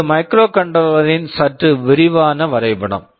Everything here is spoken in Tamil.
இது மைக்ரோகண்ட்ரோலரின் microcontroller -ன் சற்று விரிவான வரைபடம்